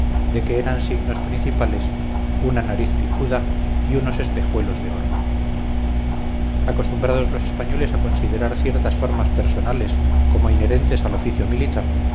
de que eran signos principales una nariz picuda y unos espejuelos de oro acostumbrados los españoles a considerar ciertas formas personales como inherentes al oficio militar